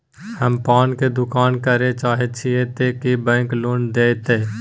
हम पान के दुकान करे चाहे छिये ते की बैंक लोन देतै?